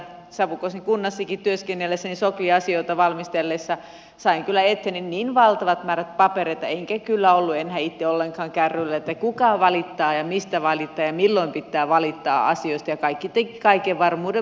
savukosken kunnassakin työskennellessäni soklin asioita valmistellessa sain kyllä eteeni niin valtavat määrät papereita enkä kyllä ollut enää itse ollenkaan kärryillä kuka valittaa ja mistä valittaa ja milloin pitää valittaa asioista ja kaikki tekivät kaiken varmuuden vuoksi